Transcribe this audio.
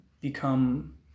become